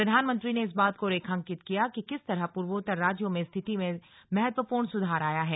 प्रधानमंत्री ने इस बात को रेखांकित किया कि किस तरह पूर्वोत्तर राज्यों में स्थिति में महत्वपूर्ण सुधार आया है